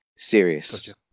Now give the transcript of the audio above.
Serious